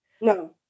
No